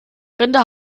rinder